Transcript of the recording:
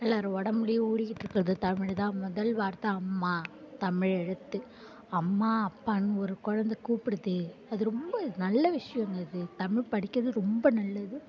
எல்லார் உடம்புலியும் ஊறிக்கிட்டிருக்கறது தமிழ் தான் முதல் வார்த்தை அம்மா தமிழ் எழுத்து அம்மா அப்பான்னு ஒரு குழந்த கூப்பிடுது அது ரொம்ப நல்ல விஷியங்க இது தமிழ் படிக்கிறது ரொம்ப நல்லது